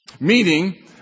Meaning